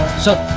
sir.